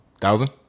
thousand